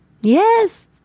Yes